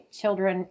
children